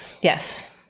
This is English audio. Yes